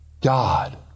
God